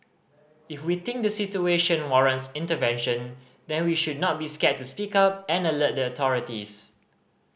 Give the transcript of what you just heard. if we think the situation warrants intervention then we should not be scared to speak up and alert the authorities